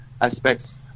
aspects